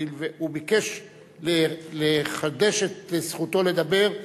הוא ביקש לחדש את זכותו לדבר,